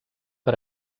per